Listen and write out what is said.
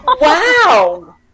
Wow